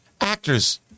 actors